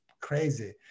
crazy